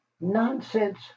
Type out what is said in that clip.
nonsense